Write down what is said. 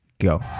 Go